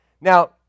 Now